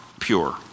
pure